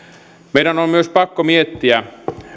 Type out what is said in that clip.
meidän on myös pakko miettiä